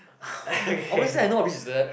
obviously I know what beach is that